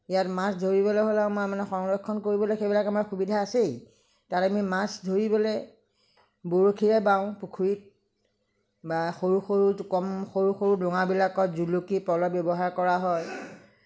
ইয়াত মাছ ধৰিলে হ'লে আমাৰ মানে সংৰক্ষণ কৰিবলৈ সেইবিলাক আমাৰ সুবিধা আছেই তাত আমি মাছ ধৰিবলৈ বৰশীৰে বাওঁ পুখুৰীত বা সৰু সৰু কম সৰু সৰু ডোঙাবিলাকত জুলুকি প'ল আমি ব্যৱহাৰ কৰা হয়